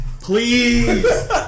Please